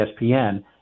ESPN